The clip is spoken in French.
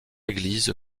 église